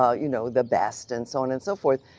ah you know the best and so on and so forth,